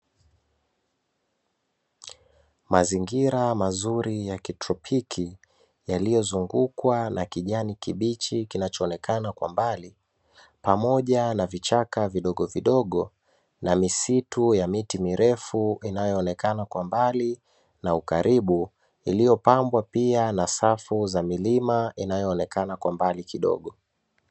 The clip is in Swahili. Mazingira mazuri ya kitropiki, yaliyozungukwa na kijani kibichi kinachoonekana kwa mbali, pamoja na vichaka vidogovidogo na misitu ya miti mirefu, inayoonekana kwa mbali na ukaribu, iliyopanbwa pia na safu za milima inayoonekana kwa mbali kidogo.